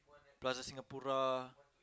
Plaza-Singapura